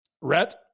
Rhett